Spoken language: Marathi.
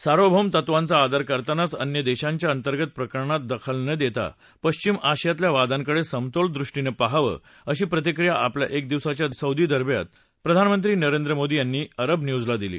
सार्वभौम तत्त्वांचा आदर करतानाच अन्य देशांच्या अंतर्गत प्रकरणात दखल न देता पश्चिम आशियातल्या वादांकडे समतोल दृष्टीनं पाहावं अशी प्रतिक्रिया आपल्या एक दिवसाच्या सौदी अरब दौऱ्यात प्रधानमंत्री नरेंद्र मोदी यांनी अरब न्यूजला दिली